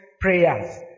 prayers